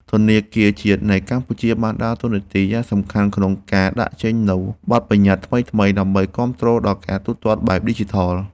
ធនាគារជាតិនៃកម្ពុជាបានដើរតួនាទីយ៉ាងសំខាន់ក្នុងការដាក់ចេញនូវបទបញ្ញត្តិថ្មីៗដើម្បីគាំទ្រដល់ការទូទាត់បែបឌីជីថល។